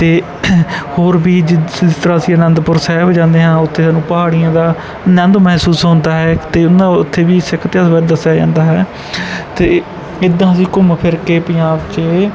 ਅਤੇ ਹੋਰ ਵੀ ਜਿ ਜਿਸ ਤਰ੍ਹਾਂ ਅਸੀਂ ਅਨੰਦਪੁਰ ਸਾਹਿਬ ਜਾਂਦੇ ਹਾਂ ਉੱਥੇ ਸਾਨੂੰ ਪਹਾੜੀਆਂ ਦਾ ਆਨੰਦ ਮਹਿਸੂਸ ਹੁੰਦਾ ਹੈ ਅਤੇ ਉਹਨਾਂ ਉੱਥੇ ਵੀ ਸਿੱਖ ਇਤਿਹਾਸ ਬਾਰੇ ਦੱਸਿਆ ਜਾਂਦਾ ਹੈ ਅਤੇ ਇੱਦਾਂ ਅਸੀਂ ਘੁੰਮ ਫਿਰ ਕੇ ਪੰਜਾਬ 'ਚ